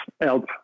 help